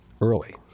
Early